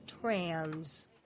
trans